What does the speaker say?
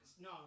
No